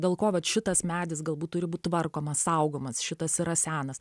dėl ko vat šitas medis galbūt turi būti tvarkomas saugomas šitas yra senas